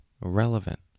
relevant